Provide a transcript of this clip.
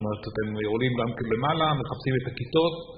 זאת אומרת, אתם יורדים למעלה, מחפשים את הכיתות